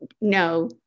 no